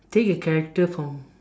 take a character from